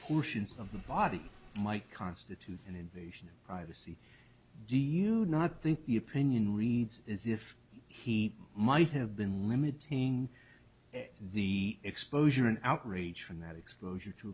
portions of the body might constitute an invasion of privacy do you not think the opinion reads as if he might have been limiting the exposure and outrage from that exposure to